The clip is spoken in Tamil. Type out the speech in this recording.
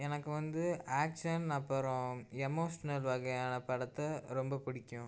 எனக்கு வந்து ஆக்க்ஷன் அப்புறம் எம்எஃப் நிறுவகையான படத்தை ரொம்ப பிடிக்கும்